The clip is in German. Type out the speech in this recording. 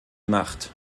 macht